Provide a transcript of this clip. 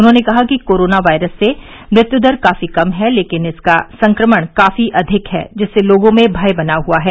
उन्होंने कहा कि कोरोना वायरस से मृत्यु दर काफी कम है लेकिन इसका संक्रमण काफी अधिक है जिससे लोगों में भय बना हुआ है